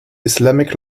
islamic